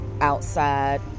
outside